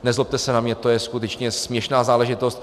Nezlobte se na mě, to je skutečně směšná záležitost.